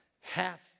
Half